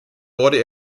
wurde